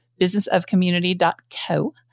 businessofcommunity.co